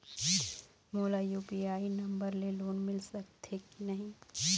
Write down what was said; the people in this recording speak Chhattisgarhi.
मोला यू.पी.आई नंबर ले लोन मिल सकथे कि नहीं?